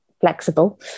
flexible